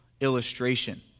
illustration